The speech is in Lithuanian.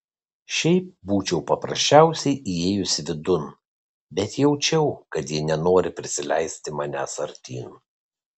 šiaip būčiau paprasčiausiai įėjusi vidun bet jaučiau kad ji nenori prisileisti manęs artyn